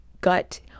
gut